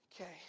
Okay